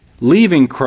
leaving